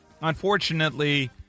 Unfortunately